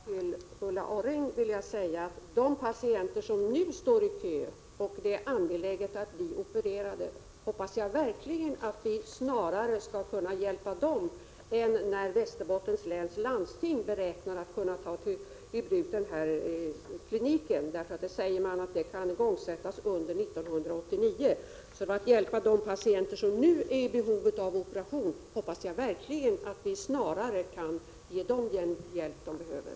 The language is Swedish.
Fru talman! Till Ulla Orring vill jag säga att jag hoppas att de patienter som nu står i kö och för vilka en operation är angelägen skall bli hjälpta snarare än när Västerbottens läns landsting beräknar att kunna ta i bruk denna klinik, som sägs kunna igångsättas 1989. De patienter som nu är i behov av operation hoppas jag verkligen snabbare kan få den hjälp de behöver.